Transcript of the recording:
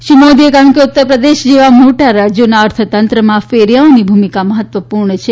શ્રી મોદીએ કહ્યું કે ઉતરપ્રદેશ જેવા મોટા રાજયોના અર્થતંત્રમાં ફેરીયાઓની ભૂમિકા મહત્વપૂર્ણ છે